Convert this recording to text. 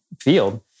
field